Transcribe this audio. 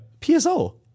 PSO